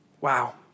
wow